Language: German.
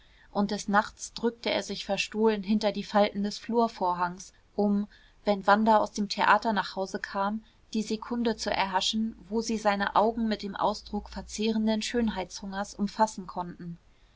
und des nachts drückte er sich verstohlen hinter die falten des flurvorhangs um wenn wanda aus dem theater nach hause kam die sekunde zu erhaschen wo sie seine augen mit dem ausdruck verzehrenden schönheitshungers um fassen konnten